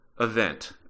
event